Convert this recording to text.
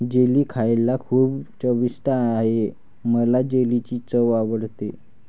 jelly खायला खूप चविष्ट आहे मला जेलीची चव आवडते